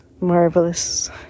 marvelous